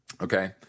Okay